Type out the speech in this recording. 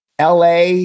LA